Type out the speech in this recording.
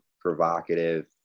provocative